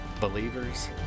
Believers